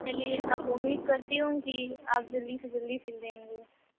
چلیے اب امید کرتی ہوں کہ آپ جلدی سے جلدی سل دیں گے